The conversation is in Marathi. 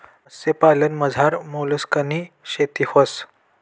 मत्स्यपालनमझार मोलस्कनी शेती व्हस